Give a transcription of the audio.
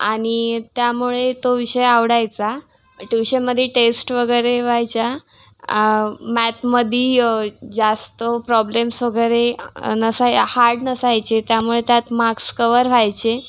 आणि त्यामुळे तो विषय आवडायचा ट्युशनमध्ये टेस्ट वगैरे व्हायच्या मॅथमधी जास्त प्रॉब्लेम्स वगैरे नसाय हार्ड नसायचे त्यामुळे त्यात मार्क्स कव्हर व्हायचे